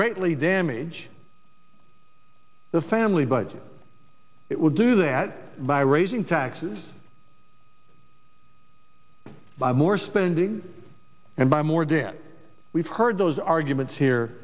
greatly damage the family budget it will do that by raising taxes by more spending and by more than we've heard those arguments here